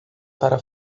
para